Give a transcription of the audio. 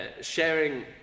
sharing